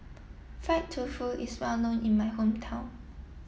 fried tofu is well known in my hometown